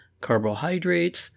Carbohydrates